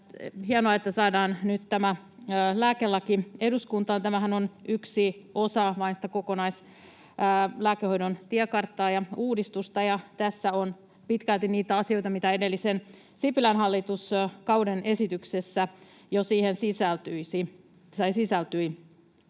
hienoa, että saadaan nyt tämä lääkelaki eduskuntaan. Tämähän on vain yksi osa kokonaislääkehoidon tiekarttaa ja uudistusta, ja tässä on pitkälti niitä asioita, mitä jo edellisen, Sipilän, hallituskauden esityksessä siihen sisältyi.